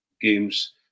games